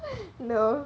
no